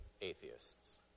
atheists